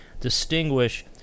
distinguish